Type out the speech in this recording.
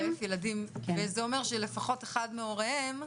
40,000 ילדים וזה אומר שלפחות אחד מהוריהם,